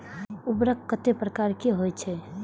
उर्वरक कतेक प्रकार के होई छै?